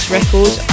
Records